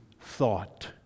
thought